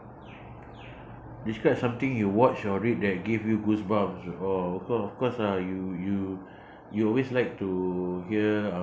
describe something you watch or read that give you goosebumps oh of course of course lah you you you always like to hear uh